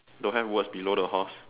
don't have words below the horse